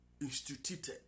instituted